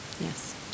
yes